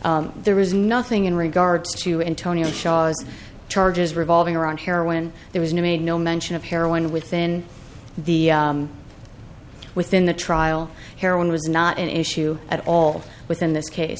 trade there is nothing in regards to antonio charges revolving around heroin there was no made no mention of heroin within the within the trial heroin was not an issue at all with in this case